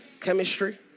Chemistry